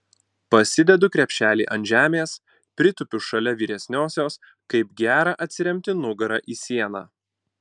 pasidedu krepšelį ant žemės pritūpiu šalia vyresniosios kaip gera atsiremti nugara į sieną